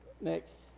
Next